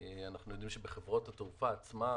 אנחנו יודעים שבחברות התעופה עצמן